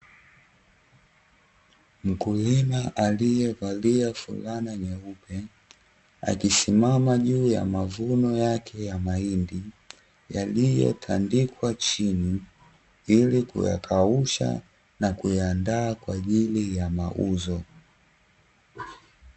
Mkulima aliyevalia fulana nyeupe akisimama juu ya mavuno yake ya mahindi yaliotandikwa chini, ili kuyakausha na kuyaandaa kwa ajili ya mauzo.